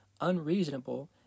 unreasonable